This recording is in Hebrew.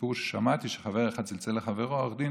סיפור ששמעתי, חבר אחד צלצל לחברו העורך דין: